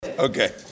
Okay